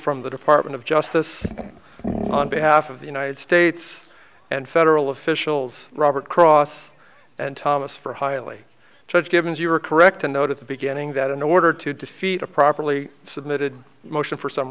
from the department of justice on behalf of the united states and federal officials robert cross and thomas for highly judge givens you are correct to note at the beginning that in order to defeat a properly submitted motion for s